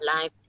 life